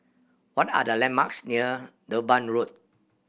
what are the landmarks near Durban Road